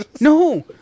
no